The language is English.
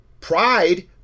pride